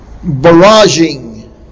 barraging